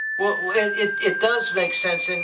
bill and it it does make sense. and